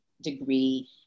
degree